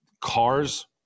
Cars